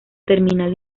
terminal